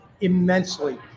immensely